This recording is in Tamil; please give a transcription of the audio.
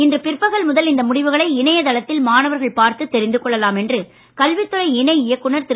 இன்று பிற்பகல் முதல் இந்த முடிவுகளை இணையதளத்தில் மாணவர்கள் பார்த்து தெரிந்து கொள்ளலாம் என்று கல்வித் துறை இணை இயக்குநர் திரு